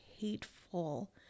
hateful